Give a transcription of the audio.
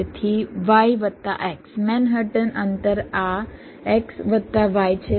તેથી આ y વત્તા x મેનહટન અંતર આ x વત્તા y છે